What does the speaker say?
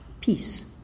Peace